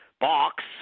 box